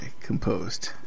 composed